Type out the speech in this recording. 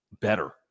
better